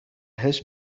his